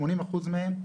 שמונים אחוז מהם,